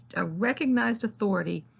a recognized authority,